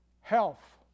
health